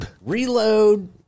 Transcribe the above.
Reload